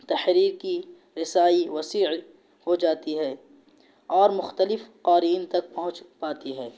تحریر کی رسائی وسیع ہو جاتی ہے اور مختلف قارئین تک پہنچ پاتی ہے